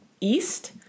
east